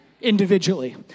individually